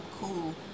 cool